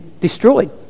destroyed